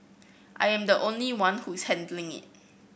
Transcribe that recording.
I am the only one who is handling it